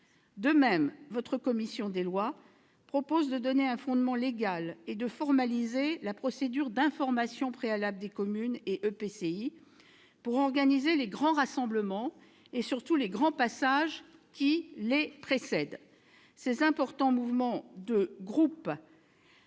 De même, la commission des lois propose de donner un fondement légal à la procédure d'information préalable des communes et EPCI et de la formaliser, en vue d'organiser les grands rassemblements et, surtout, les grands passages qui les précèdent. Ces importants mouvements de groupes